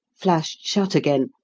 flashed shut again,